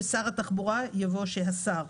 במקום: ששר התחבורה, יבוא: שהשר.